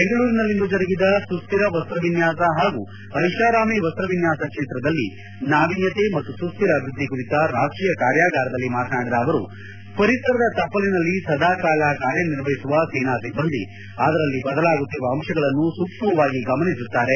ಬೆಂಗಳೂರಿನಲ್ಲಿಂದು ಜರುಗಿದ ಸುಶ್ಕಿರ ವಸ್ತ ವಿನ್ಯಾಸ ಪಾಗೂ ಐಷಾರಾಮಿ ವಸ್ತ ವಿನ್ಯಾಸ ಕ್ಷೇತ್ರದಲ್ಲಿ ನಾವೀನ್ಯತೆ ಮತ್ತು ಸುಶ್ಧಿರ ಅಭಿವ್ಯದ್ಧಿ ಕುರಿತ ರಾಷ್ಟೀಯ ಕಾರ್ಯಗಾರದಲ್ಲಿ ಮಾತನಾಡಿದ ಅವರು ಪರಿಸರದ ತಪ್ಪಲಿನಲ್ಲಿ ಸದಾ ಕಾಲ ಕಾರ್ಯನಿರ್ವಹಿಸುವ ಸೇನಾ ಸಿಬ್ಬಂದಿ ಅದರಲ್ಲಿ ಬದಲಾಗುತ್ತಿರುವ ಅಂಶಗಳನ್ನು ಸೂಕ್ಷ್ಮವಾಗಿ ಗಮನಿಸುತ್ತಾರೆ